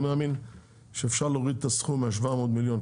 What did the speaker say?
אני מאמין שאפשר להוריד את הסכום מה-700 מיליון,